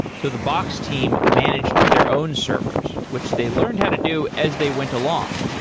so the box team managed their own servers, which they learned how to do as they went along.